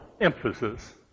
emphasis